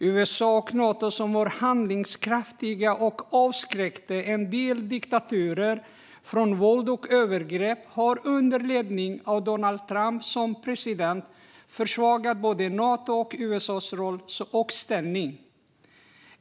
USA och Nato, som var handlingskraftiga och avskräckte en del diktaturer från våld och övergrepp, har under ledning av president Donald Trump fått en försvagad roll och ställning.